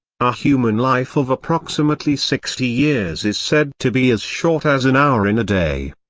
a human life of approximately sixty years is said to be as short as an hour in a day.